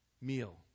Meal